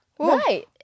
Right